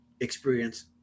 experience